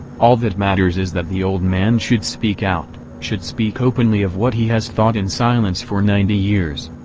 all that matters is that the old man should speak out, should speak openly of what he has thought in silence for ninety years.